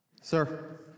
Sir